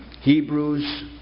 Hebrews